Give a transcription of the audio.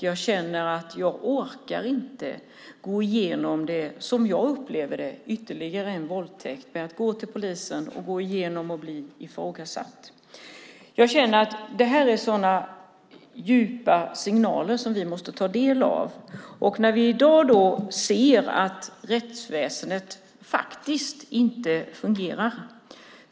Jag känner att jag inte orkar gå igenom, som jag upplever det, ytterligare en våldtäkt genom att gå till polisen och gå igenom allt och bli ifrågasatt. Det här är starka signaler som vi måste ta del av. Vi ser att rättsväsendet inte fungerar.